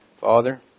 Father